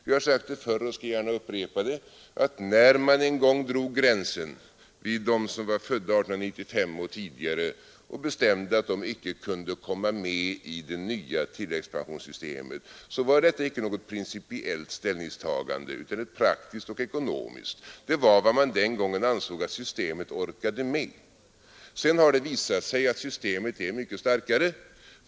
Vi har sagt det förr och skall gärna upprepa det: När man en gång drog gränsen vid dem som var födda 1895 och tidigare och bestämde att de inte kunde komma med i det nya tilläggspensionssystemet var detta inte något principiellt ställningstagande utan ett praktiskt och ekonomiskt. Det var vad man den gången ansåg att systemet orkade med. Sedan har det visat sig att systemet är mycket starkare.